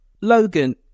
Logan